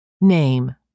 Name